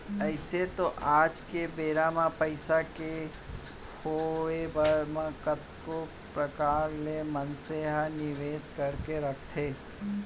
अइसे तो आज के बेरा म पइसा के होवब म कतको परकार ले मनसे ह निवेस करके रखथे